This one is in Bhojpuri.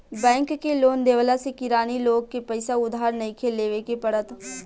बैंक के लोन देवला से किरानी लोग के पईसा उधार नइखे लेवे के पड़त